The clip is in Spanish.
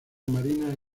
marina